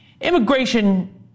Immigration